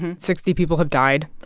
sixty people have died.